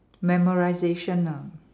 memorisation ah